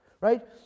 right